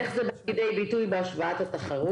איך זה בא לידי ביטוי בהשוואת התחרות.